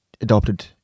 adopted